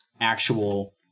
actual